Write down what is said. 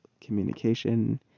communication